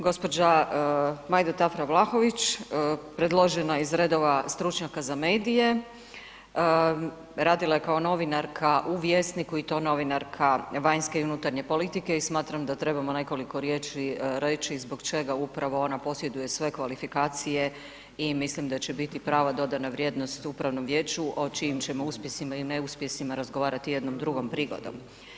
Gospođa Majda Tafra Vlahović predložena je iz redova stručnjaka za medije, radila je kao novinarka u Vjesniku i to novinarka vanjske i unutarnje politike i smatram da trebamo nekoliko riječi reći zbog čega upravo ona posjeduje sve kvalifikacije i mislim da će biti prava dodana vrijednost upravnom vijeću o čijim ćemo uspjesima i neuspjesima razgovarati jednom drugo prigodom.